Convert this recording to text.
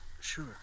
Sure